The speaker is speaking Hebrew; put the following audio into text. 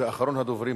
ואחרון הדוברים,